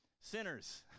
sinners